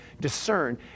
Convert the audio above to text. discern